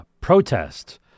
protest